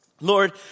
Lord